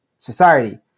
society